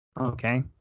Okay